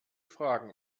fragen